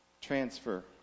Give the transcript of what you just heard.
transfer